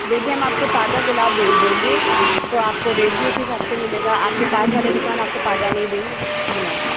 देखिये हम आपको ताज़ा गुलाब भेज देंगे तो आपको रेट भी उसी हिसाब से मिलेगा आपके पास वाले दुकान आपको ताज़ा नहीं देंगे गुलाब